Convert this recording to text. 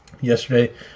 yesterday